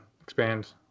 Expand